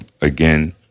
Again